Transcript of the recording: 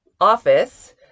office